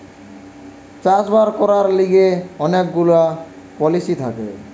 চাষ বাস করবার লিগে অনেক গুলা পলিসি থাকে